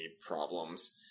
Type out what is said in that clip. problems